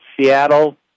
Seattle